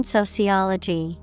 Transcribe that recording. Sociology